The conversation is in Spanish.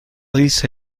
dice